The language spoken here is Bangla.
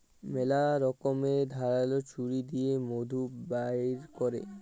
ম্যালা রকমের ধারাল ছুরি দিঁয়ে মধু বাইর ক্যরে